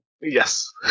Yes